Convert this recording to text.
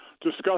Discuss